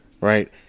right